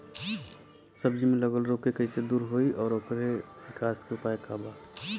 सब्जी में लगल रोग के कइसे दूर होयी और ओकरे विकास के उपाय का बा?